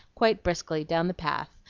quite briskly, down the path,